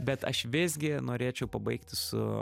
bet aš visgi norėčiau pabaigti su